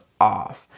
off